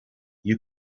you